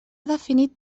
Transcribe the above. definit